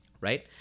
right